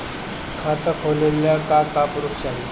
खाता खोलले का का प्रूफ चाही?